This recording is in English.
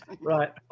Right